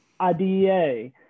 IDEA